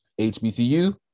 hbcu